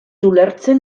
ulertzen